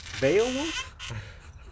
Beowulf